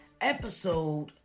Episode